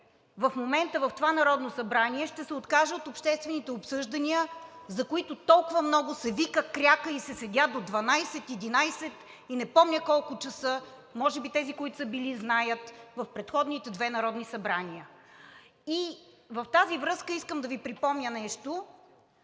в момента в това Народно събрание, ще се откаже от обществените обсъждания, за които толкова много се вика, кряка и се седя до 12, до 11 и не помня до колко часа. Може би тези, които са били в предходните две Народни събрания, знаят. И в тази връзка искам да Ви припомня нещо.